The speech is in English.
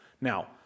Now